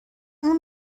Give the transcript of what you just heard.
اون